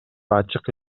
ачык